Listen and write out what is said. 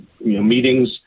meetings